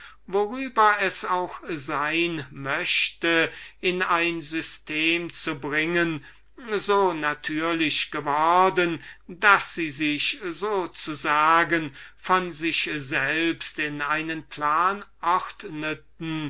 worüber es auch sein möchte in ein system zu bringen so natürlich geworden daß sie sich so zu sagen von sich selbst in einen plan ordneten